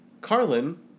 Carlin